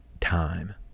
time